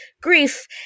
grief